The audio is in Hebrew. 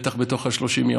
בטח בתוך השלושים,